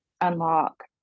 unlock